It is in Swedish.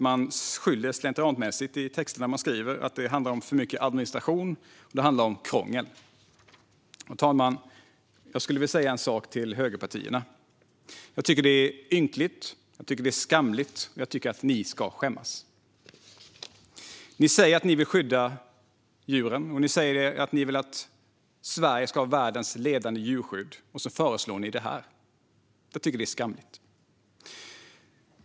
Man skyller slentrianmässigt i texterna man skriver på att det handlar om för mycket administration och krångel. Fru talman! Jag skulle vilja säga en sak till högerpartierna. Jag tycker att det är ynkligt, att det är skamligt och att ni ska skämmas. Ni säger att ni vill skydda djuren och att Sverige ska ha världens ledande djurskydd, och så föreslår ni det här. Jag tycker att det är skamligt.